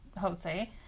Jose